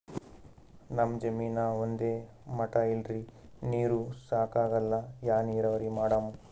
ನಮ್ ಜಮೀನ ಒಂದೇ ಮಟಾ ಇಲ್ರಿ, ನೀರೂ ಸಾಕಾಗಲ್ಲ, ಯಾ ನೀರಾವರಿ ಮಾಡಮು?